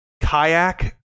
kayak